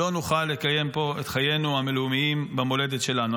לא נוכל לקיים פה את חיינו הלאומיים במולדת שלנו.